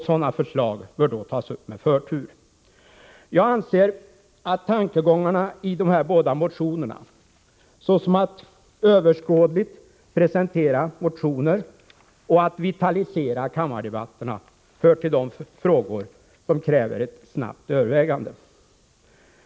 Sådana förslag bör tas upp med förtur. Jag anser att tankegångarna i båda motionerna — såsom att överskådligt presentera motioner och att vitalisera kammardebatterna — hör till de frågor som kräver ett snabbt övervägande.